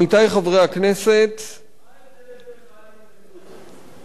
עמיתי חברי הכנסת מה הבדל בין מחאה להתנגדות?